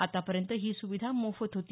आतापर्यंत ही स्विधा मोफत होती